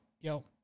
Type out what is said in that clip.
yo